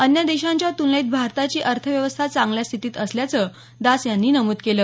अन्य देशांच्या तूलनेत भारताची अर्थव्यवस्था चांगल्या स्थितीत असल्याचं दास यांनी नमूद केलं